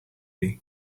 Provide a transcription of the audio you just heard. hiv